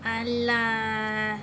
mari lah